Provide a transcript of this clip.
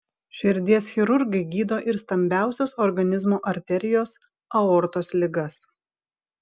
širdies chirurgai gydo ir stambiausios organizmo arterijos aortos ligas